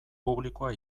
publikoa